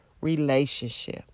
relationship